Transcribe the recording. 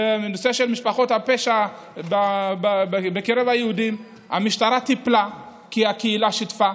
בנושא של משפחות הפשע בקרב היהודים המשטרה טיפלה כי הקהילה שיתפה,